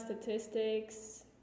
statistics